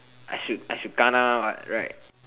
I should I should kena what right